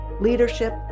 leadership